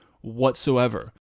whatsoever